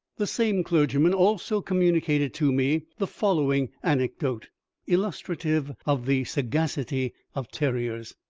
the same clergyman also communicated to me the following anecdote illustrative of the sagacity of terriers.